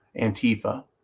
Antifa